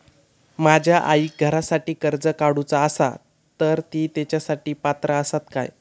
माझ्या आईक घरासाठी कर्ज काढूचा असा तर ती तेच्यासाठी पात्र असात काय?